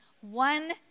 one